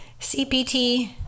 CPT